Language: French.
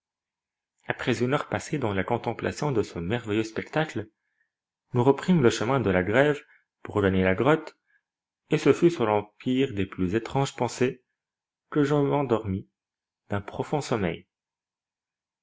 après une heure passée dans la contemplation de ce merveilleux spectacle nous reprîmes le chemin de la grève pour regagner la grotte et ce fut sous l'empire des plus étranges pensées que je m'endormis d'un profond sommeil